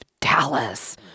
Dallas